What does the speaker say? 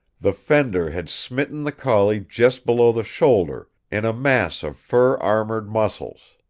the fender had smitten the collie just below the shoulder, in a mass of fur-armored muscles.